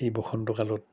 এই বসন্তকালত